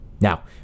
Now